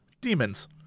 demons